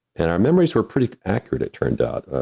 and our memories were pretty accurate it turned out. ah